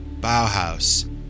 Bauhaus